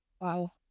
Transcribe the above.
wow